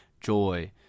Joy